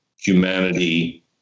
humanity